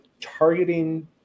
targeting